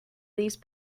these